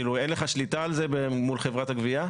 אין לך שליטה על זה מול חברת הגבייה?